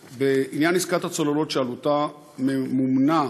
הצוללות, בעניין עסקת הצוללות, שעלותה מומנה